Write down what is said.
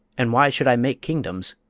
and why should i make kingdoms?